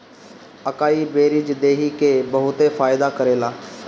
अकाई berries देहि के बहुते फायदा करेला